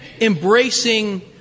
embracing